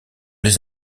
les